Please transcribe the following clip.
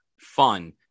fun